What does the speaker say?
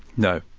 no.